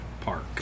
Park